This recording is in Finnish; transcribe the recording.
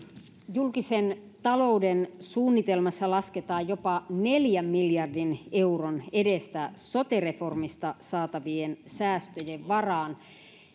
julkisen talouden suunnitelmassa lasketaan jopa neljän miljardin euron edestä sote reformista saatavien säästöjen varaan